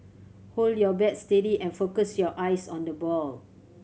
hold your bat steady and focus your eyes on the ball